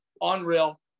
Unreal